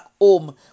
home